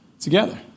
together